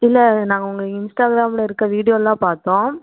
இல்லை நாங்கள் உங்கள் இன்ஸ்டாகிராமில் இருக்கிற வீடியோ எல்லாம் பார்த்தோம்